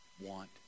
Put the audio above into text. want